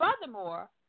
Furthermore